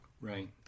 right